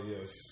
Yes